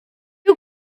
you